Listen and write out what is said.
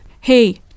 Hey